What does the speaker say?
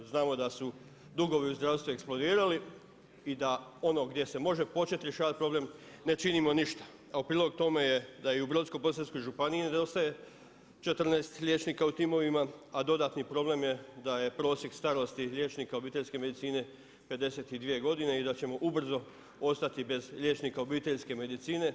Znamo da su dugovi u zdravstvu eksplodirali i da ono gdje se može početi rješavati problem, ne činimo ništa a u prilog tome je da i u Brodsko-posavskoj županiji nedostaje 14 liječnika u timovima a dodatni problem je da je prosjek starosti liječnika obiteljske medicine 52 godine i da ćemo ubrzo ostati bez liječnika obiteljske medicine.